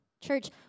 Church